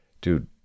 dude